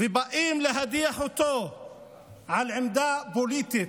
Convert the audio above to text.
ובאים להדיח אותו על עמדה פוליטית.